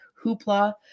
hoopla